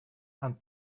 and